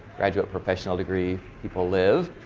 graduate professional degree people live